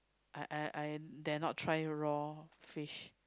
I I I dare not try raw fish